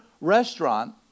restaurant